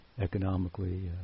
economically